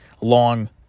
long